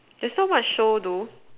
there's not much show though